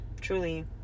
Truly